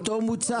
לאותו מוצר.